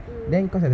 mm